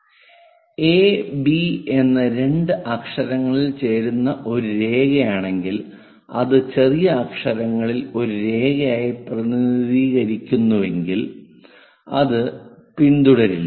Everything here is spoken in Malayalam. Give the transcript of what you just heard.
A b എന്ന രണ്ട് അക്ഷരങ്ങളിൽ ചേരുന്ന ഒരു രേഖയാണെങ്കിൽ അത് ചെറിയ അക്ഷരങ്ങളിൽ ഒരു രേഖയായി പ്രതിനിധീകരിക്കുന്നുവെങ്കിൽ അത് പിന്തുടരില്ല